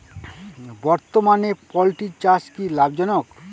বর্তমানে পোলট্রি চাষ কি লাভজনক?